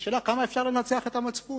השאלה היא כמה אפשר לנצח את המצפון.